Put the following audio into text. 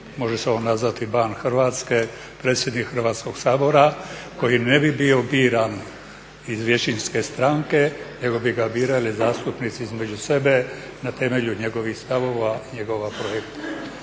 može se on nazvati ban Hrvatske, predsjednik Hrvatskog sabora koji ne bi bio biran iz većinske stranke nego bi ga birali zastupnici između sebe na temelju njegovih stavova, njegova projekta.